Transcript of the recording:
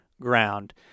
Ground